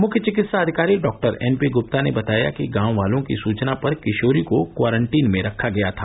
मुख्य चिकित्साधिकारी डॉ एन पी ग्प्ता ने बताया कि गांव वालों की सुचना पर किशोरी को क्वारंटीन में रखा गया था